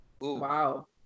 Wow